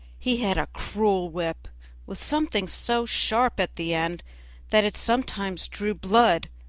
he had a cruel whip with something so sharp at the end that it sometimes drew blood,